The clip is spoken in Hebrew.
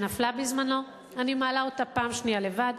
שנפלה בזמנו, אני מעלה אותה פעם שנייה לבד.